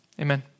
Amen